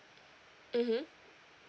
mmhmm